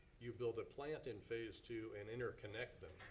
you build a plant in phase two and interconnect them.